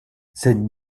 cette